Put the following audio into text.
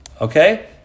Okay